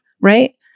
right